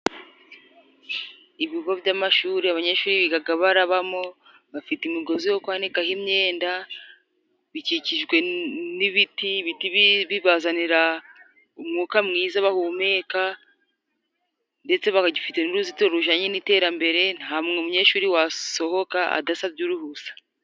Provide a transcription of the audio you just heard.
Ibigo by'amashuri, abanyeshuri bigaga barabamo, bafite imigozi yo kwanikaho imyenda, bikikijwe n'ibiti, ibiti bibazanira umwuka mwiza bahumeka ndetse bafite n'uruzitiro rujanye n'iterambere, nta munyeshuri wasohoka adasabye uruhusa.